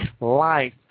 life